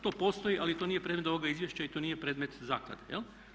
To postoji ali to nije predmet ovoga izvješća i to nije predmet zaklade jel'